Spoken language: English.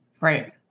Right